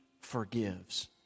forgives